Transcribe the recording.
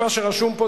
והגענו לאיזון הנכון,